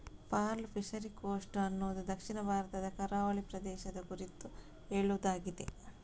pearl fishery coast ಅನ್ನುದು ದಕ್ಷಿಣ ಭಾರತದ ಕರಾವಳಿ ಪ್ರದೇಶದ ಕುರಿತು ಹೇಳುದಾಗಿದೆ